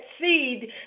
seed